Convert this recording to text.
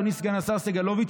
אדוני סגן השר סגלוביץ',